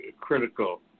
critical